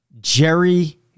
Jerry